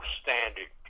standard